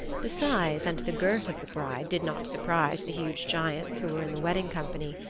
the size and the girth of the bride did not surprise the huge giants who were in the wedding company.